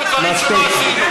אתם פיניתם מעזה.